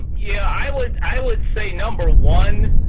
yeah. i would i would say, number one,